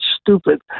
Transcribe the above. stupid